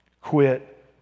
Quit